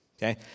Okay